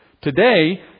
Today